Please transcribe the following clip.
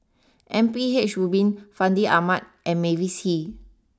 M P H Rubin Fandi Ahmad and Mavis Hee